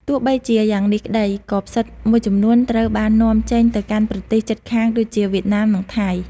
ទោះបីជាយ៉ាងនេះក្តី ក៏ផ្សិតមួយចំនួនត្រូវបាននាំចេញទៅកាន់ប្រទេសជិតខាងដូចជា វៀតណាម និងថៃ។